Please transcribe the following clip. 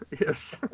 Yes